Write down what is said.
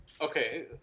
Okay